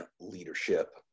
leadership